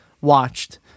watched